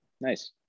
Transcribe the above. Nice